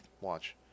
watch